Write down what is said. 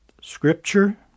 Scripture